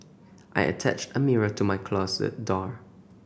I attached a mirror to my closet door